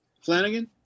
Flanagan